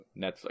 Netflix